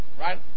right